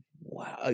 Wow